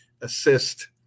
assist